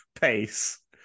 Pace